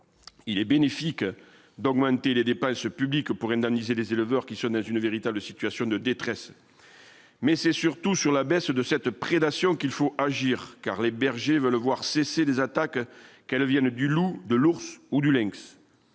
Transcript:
il est bénéfique, d'augmenter les débats et ce public pour indemniser les éleveurs qui se une véritable situation de détresse. Mais c'est surtout sur la baisse de cette prédation qu'il faut agir car les bergers veulent le voir cesser les attaques qu'elles viennent du loup de l'ours ou du lynx